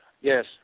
Yes